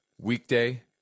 Weekday